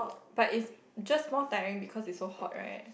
but is just more tiring because it's so hot right